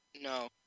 No